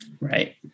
right